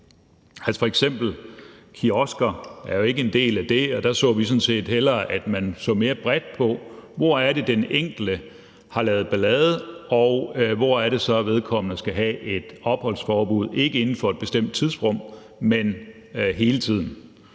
Kiosker er jo f.eks. ikke en del af det, og der så vi sådan set hellere, at man så mere bredt på, hvor det er, den enkelte har lavet ballade, og hvor det så er, vedkommende skal have et opholdsforbud, ikke inden for et bestemt tidsrum, men hele tiden.